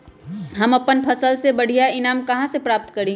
हम अपन फसल से बढ़िया ईनाम कहाँ से प्राप्त करी?